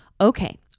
Okay